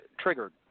triggered